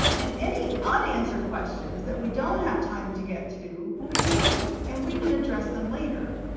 and any unanswered questions that we don't have time to get to will be saved and we can address them later.